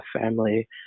family